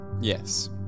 Yes